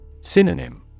Synonym